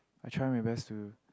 I try my best to